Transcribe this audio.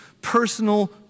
personal